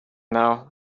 now